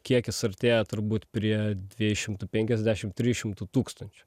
kiekis artėja turbūt prie dviejų šimtų penkiasdešim trijų šimtų tūkstančių